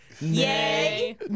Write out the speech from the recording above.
Yay